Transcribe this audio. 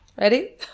ready